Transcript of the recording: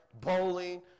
bowling